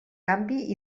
canvi